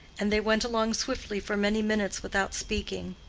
and they went along swiftly for many minutes without speaking.